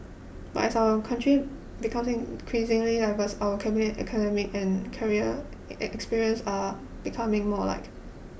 but as our country becomes increasingly diverse our cabinet's academic and career experiences are becoming more alike